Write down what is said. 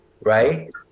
right